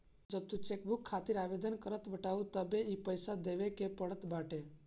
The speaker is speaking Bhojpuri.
जब तू चेकबुक खातिर आवेदन करत बाटअ तबे इ पईसा देवे के पड़त बाटे